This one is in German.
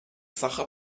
sacher